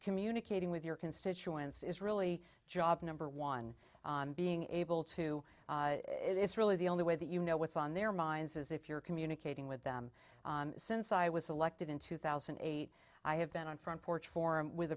communicating with your constituents is really job number one being able to it's really the only way that you know what's on their minds is if you're communicating with them since i was elected in two thousand and eight i have been in front porch form with